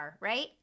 right